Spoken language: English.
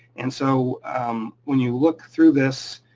and so when you look through this,